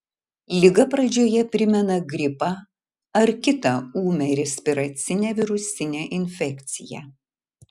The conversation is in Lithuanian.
liga pradžioje primena gripą ar kitą ūmią respiracinę virusinę infekciją